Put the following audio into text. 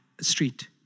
street